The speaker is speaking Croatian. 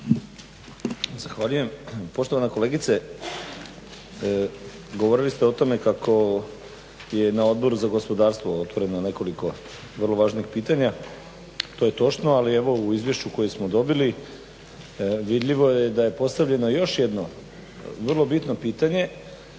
Zahvaljujem. Poštovana kolegice, govorili ste o tome kako je na odboru za gospodarstvo prema nekoliko vrlo važnih pitanja, evo to je točno, ali evo u izvješću koje smo dobili vidljivo je da je postavljeno još jedno vrlo bitno pitanje